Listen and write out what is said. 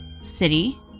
City